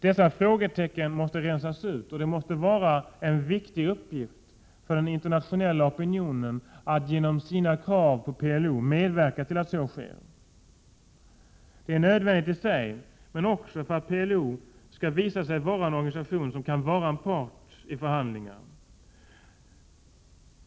Dessa frågetecken måste rensas ut. Det måste vara en viktig uppgift för den internationella opinionen att genom sina krav på PLO medverka till att så sker. Det är nödvändigt i sig men också för att PLO skall visa sig vara en organisation som kan vara en part vid förhandlingar.